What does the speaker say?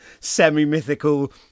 semi-mythical